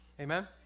Amen